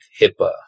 HIPAA